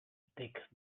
thick